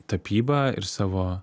tapybą ir savo